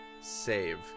save